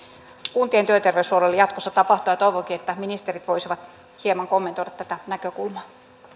kuntien työterveyshuollolle jatkossa tapahtuu toivonkin että ministerit voisivat hieman kommentoida tätä näkökulmaa